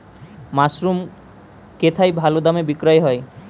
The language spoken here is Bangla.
মাসরুম কেথায় ভালোদামে বিক্রয় হয়?